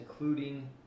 including